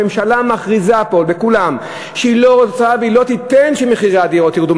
הממשלה מכריזה פה שהיא לא רוצה ושהיא לא תיתן שמחירי הדירות ירדו.